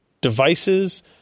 devices